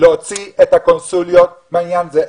להוציא את הקונסוליות מהעניין הזה.